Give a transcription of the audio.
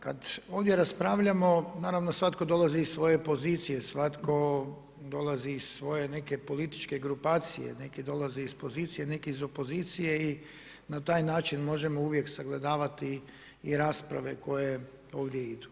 Kada ovdje raspravljamo, naravno, svatko dolazi iz svoje pozicije, svatko dolazi iz svoje neke političke grupacije, neki dolaze iz pozicije, neki iz opozicije i na taj način možemo uvijek sagledavati i rasprave koje ovdje idu.